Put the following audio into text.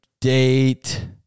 date